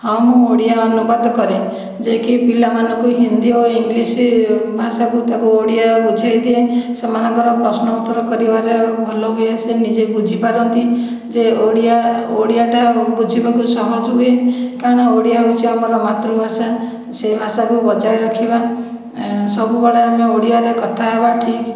ହଁ ମୁଁ ଓଡ଼ିଆ ଅନୁବାଦ କରେ ଯେ କି ପିଲାମାନଙ୍କୁ ହିନ୍ଦୀ ଓ ଇଂଲିଶ ଭାଷାକୁ ତାକୁ ଓଡ଼ିଆ ବୁଝାଇଦିଏ ସେମାନଙ୍କର ପ୍ରଶ୍ନ ଉତ୍ତର କରିବାରେ ଭଲ ହୁଏ ସେ ନିଜେ ବୁଝିପାରନ୍ତି ଯେ ଓଡ଼ିଆ ଓଡ଼ିଆଟା ବୁଝିବାକୁ ସହଜ ହୁଏ କାରଣ ଓଡ଼ିଆ ହେଉଛି ଆମର ମାତୃଭାଷା ସେଇ ଭାଷାକୁ ବଜାୟ ରଖିବା ସବୁବେଳେ ଆମେ ଓଡ଼ିଆରେ କଥା ହେବା ଠିକ୍